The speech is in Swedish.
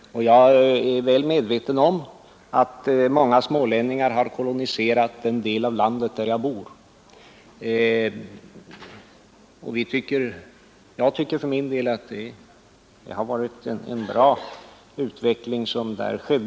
Jag är väl medveten om att många smålänningar har koloniserat den del av landet där jag bor, och jag tycker för min del att det har varit en bra utveckling som där har skett.